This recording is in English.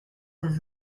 his